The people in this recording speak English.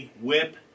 WHIP